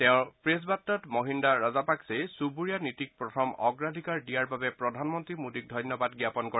তেওঁৰ প্ৰেছ বাৰ্তাত মহিদ্ৰা ৰাজাপাক্সেই চুবুৰীয়া নীতিক প্ৰথম অগ্ৰাধিকাৰ দিয়াৰ বাবে প্ৰধানমন্ত্ৰী মোডীক ধন্যবাদ জাপন কৰে